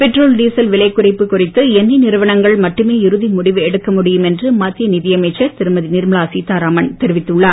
petrol diesel விலை குறைப்பு குறித்து எண்ணெய் நிறுவனங்கள் மட்டுமே இறுதி முடிவு எடுக்க முடியும் என்று மத்திய நிதி அமைச்சர் திருமதி நிர்மலா சீதாராமன் தெரிவித்துள்ளார்